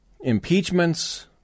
impeachments